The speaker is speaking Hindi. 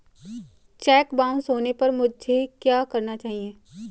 चेक बाउंस होने पर मुझे क्या करना चाहिए?